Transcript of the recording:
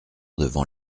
devant